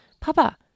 Papa